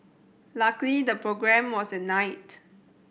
luckily the programme was at night